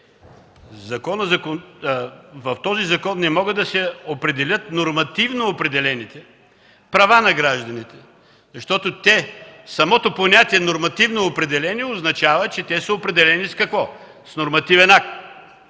в този законопроект не могат да се дефинират нормативно определените права на гражданите. Самото понятие „нормативно определени” означава, че те са определени с какво? – С нормативен